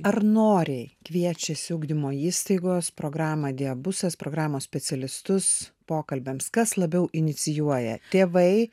ar noriai kviečiasi ugdymo įstaigos programą diabusas programos specialistus pokalbiams kas labiau inicijuoja tėvai